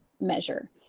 measure